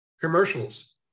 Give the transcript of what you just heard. commercials